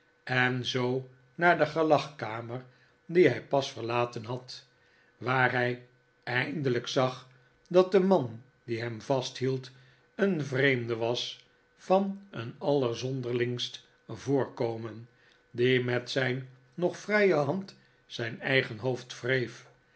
en zoo naar de gelagkamer die hij pas verlaten had waar hij eindelijk zag dat de man die hem vasthield een vreemde was van een allerzonderlingst voorkomen die met zijn nog vrije hand zijn eigen hoofd wreef